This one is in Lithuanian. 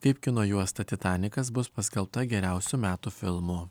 kaip kino juosta titanikas bus paskelbta geriausiu metų filmu